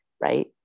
Right